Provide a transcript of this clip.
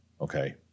okay